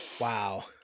Wow